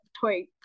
toy